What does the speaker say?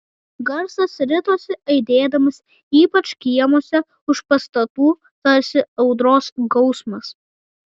garsas ritosi aidėdamas ypač kiemuose už pastatų tarsi audros gausmas